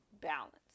Balance